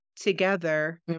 together